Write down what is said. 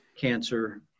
cancer